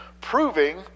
proving